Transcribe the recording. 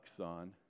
on